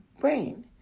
brain